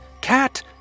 cat